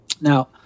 now